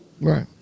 right